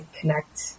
connect